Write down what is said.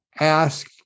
ask